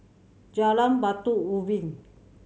Jalan Batu Ubin